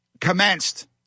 commenced